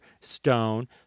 stone